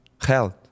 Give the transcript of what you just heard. Health